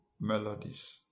melodies